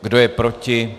Kdo je proti?